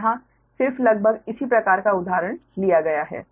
तो यहाँ सिर्फ लगभग इसी प्रकार का उदाहरण लिया गया है